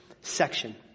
section